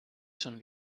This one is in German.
schon